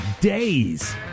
days